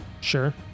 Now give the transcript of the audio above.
Sure